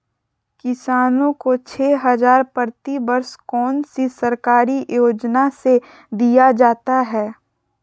किसानों को छे हज़ार प्रति वर्ष कौन सी सरकारी योजना से दिया जाता है?